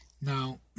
Now